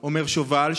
אומר שובל,